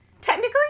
technically